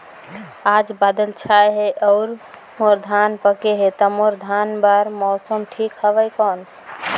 आज बादल छाय हे अउर मोर धान पके हे ता मोर धान बार मौसम ठीक हवय कौन?